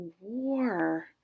war